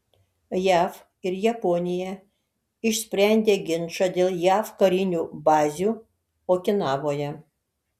jav ir japonija išsprendė ginčą dėl jav karinių bazių okinavoje